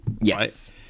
Yes